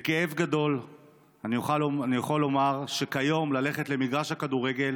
בכאב גדול אני יכול לומר שכיום ללכת למגרש הכדורגל